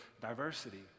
diversity